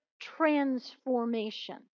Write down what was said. transformation